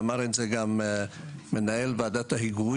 ואמר את זה גם מנהל ועדת ההיגוי,